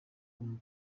umu